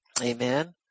Amen